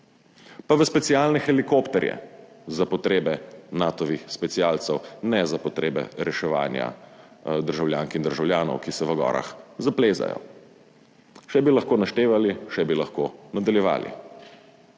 pa v specialne helikopterje za potrebe Natovih specialcev, ne za potrebe reševanja državljank in državljanov, ki se v gorah zaplezajo. Še bi lahko naštevali, še bi lahko nadaljevali,